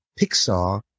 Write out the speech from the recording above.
Pixar